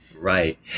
Right